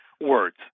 words